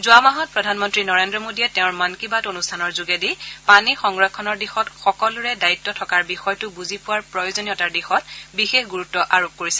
যোৱা মাহত প্ৰধানমন্ত্ৰী নৰেন্দ্ৰ মোডীয়ে তেওঁৰ মন কী বাত অনুষ্ঠানৰ যোগেদি পানী সংৰক্ষণৰ দিশত সকলোৰে দায়িত্ব থকাৰ বিষয়টো বুজি পোৱাৰ প্ৰয়োজনীয়তাৰ দিশত বিশেষ গুৰুত্ব আৰোপ কৰিছে